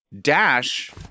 Dash